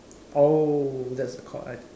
oh that's the cord I